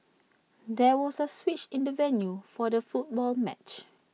there was A switch in the venue for the football match